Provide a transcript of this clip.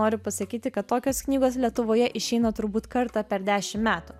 noriu pasakyti kad tokios knygos lietuvoje išeina turbūt kartą per dešimt metų